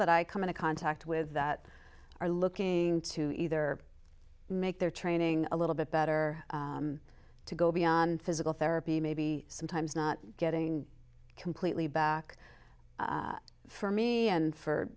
that i come into contact with that are looking to either make their training a little bit better to go beyond physical therapy maybe sometimes not getting completely back for me and for